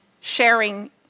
Sharing